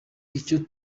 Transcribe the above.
icyo